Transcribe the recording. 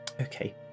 Okay